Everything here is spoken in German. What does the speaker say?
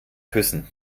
küssen